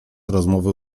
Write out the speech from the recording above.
rozmowy